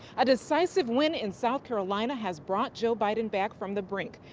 ah decisive win in south carolina has brought joe biden back from the brink.